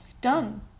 Done